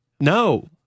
No